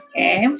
Okay